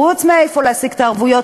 חוץ מאיפה להשיג את הערבויות,